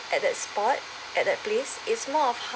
at that spot at that place it's more of